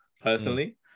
personally